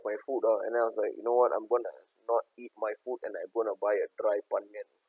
my food ah and then I was like you know what I'm going to not eat my food and I'm going to buy a dry ban mian